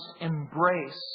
embrace